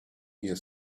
here